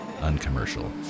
uncommercial